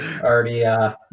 already